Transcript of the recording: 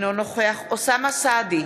אינו נוכח אוסאמה סעדי,